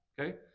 okay